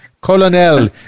Colonel